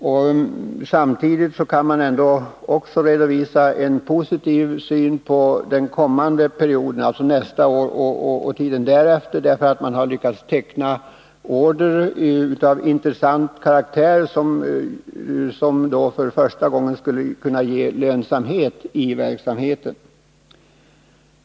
Men samtidigt kan man också redovisa en positiv syn på den kommande perioden — alltså nästa år och tiden därefter —, därför att man har lyckats teckna intressanta order. Därmed kan man för första gången få lönsamhet i verksamheten.